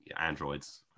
androids